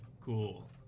Cool